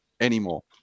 anymore